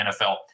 NFL